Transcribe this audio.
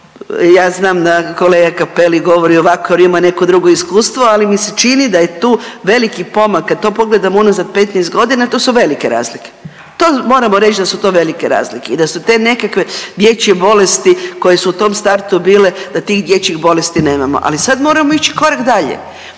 Ja znam kolega Cappelli govori ovako jer on ima neko drugo iskustvo, ali mi se čini da je tu veliki pomak kad to pogledamo unazad 15 godina to su velike razlike. To moramo reći da su to velike razlike i da su te nekakve dječje bolesti koje su u tom startu bile, da tih dječjih bolesti nemamo, ali sad moramo ići korak dalje.